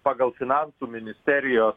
pagal finansų ministerijos